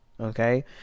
Okay